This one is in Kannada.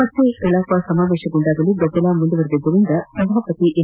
ಮತ್ತೆ ಕಲಾಪ ಸಮವೇಶಗೊಂಡಾಗಲೂ ಗದ್ದಲ ಮುಂದುವರೆದ್ದರಿಂದ ಸಭಾಪತಿ ಎಂ